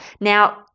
Now